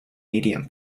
medium